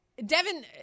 Devin